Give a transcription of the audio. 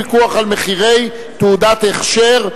פיקוח על מחירי תעודת הכשר),